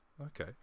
okay